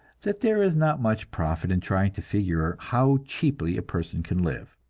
that there is not much profit in trying to figure how cheaply a person can live.